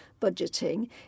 budgeting